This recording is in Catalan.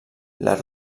les